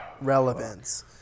relevance